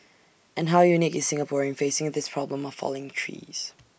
and how unique is Singapore in facing this problem of falling trees